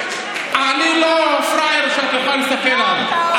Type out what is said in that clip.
אני לא פראייר שאת יכולה להסתכל עליו.